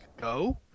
Go